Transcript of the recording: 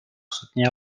soutenir